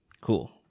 Cool